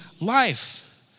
life